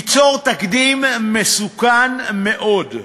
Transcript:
ייצור תקדים מסוכן מאוד: